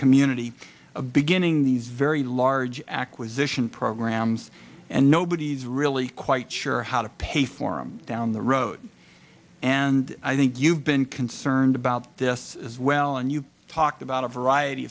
community of beginning these very large acquisition programs and nobody's really quite sure how to pay for it down the road and i think you've been concerned about this as well and you've talked about a variety